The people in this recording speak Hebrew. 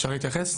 אפשר להתייחס?